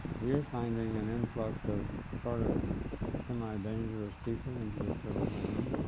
we're finding an influx of sort of semi dangerous people into this little town,